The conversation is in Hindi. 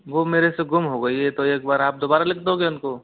वो मेरे से गुम हो गई ये तो एक बार आप दोबारा लिख दोगे उनको